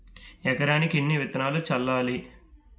ఎకరానికి ఎన్ని విత్తనాలు చల్లాలి?